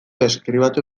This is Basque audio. deskribatu